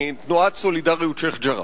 לתנועת "סולידריות שיח'-ג'ראח",